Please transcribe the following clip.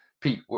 Pete